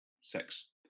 sex